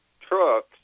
trucks